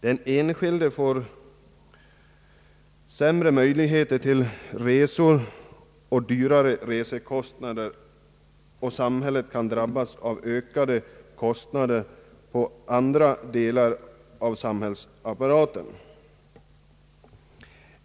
Den enskilde får sämre möjligheter till resor och dyrare resekostnader, och samhället kan drabbas av ökade kostnader inom andra delar av samhällsapparaten.